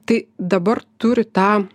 tai dabar turi tą